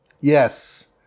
yes